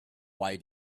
why